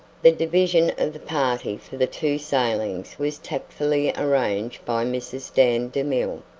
the division of the party for the two sailings was tactfully arranged by mrs. dan demille.